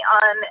on